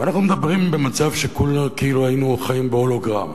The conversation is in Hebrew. ואנחנו מדברים במצב כאילו היינו חיים בהולוגרמה.